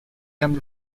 under